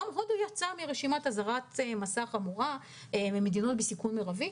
גם הודו יצאה מרשימת אזהרת מסע חמורה ומדינות בסיכון מרבי,